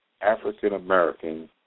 African-American